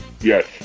Yes